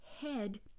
head